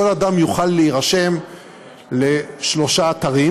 כל אדם יוכל להירשם לשלושה אתרים,